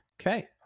Okay